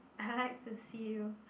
I like to see you